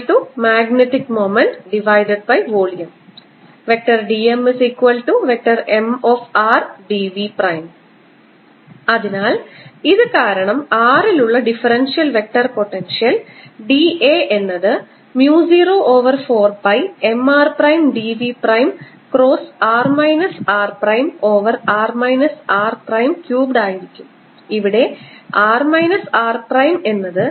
Ar04πmrr3Mmagnetic momentvolume dmMrdV അതിനാൽ ഇത് കാരണം r ൽ ഉള്ള differential vector potential d A എന്നത് mu 0 over 4 pi M r prime d v prime cross r minus r prime over r minus r prime cubed ആയിരിക്കും ഇവിടെ r minus r prime എന്നത്